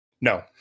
No